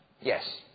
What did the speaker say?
Yes